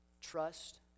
trust